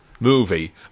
movie